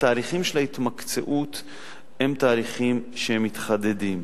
התהליכים של ההתמקצעות הם תהליכים שמתחדדים.